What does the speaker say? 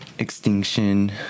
extinction